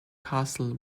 castle